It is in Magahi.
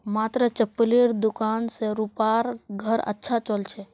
मात्र चप्पलेर दुकान स रूपार घर अच्छा चल छ